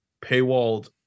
paywalled